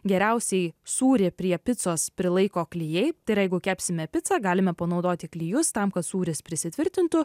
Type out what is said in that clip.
geriausiai sūrį prie picos prilaiko klijai ir jeigu kepsime picą galime panaudoti klijus tam kad sūris prisitvirtintų